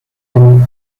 тең